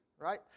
right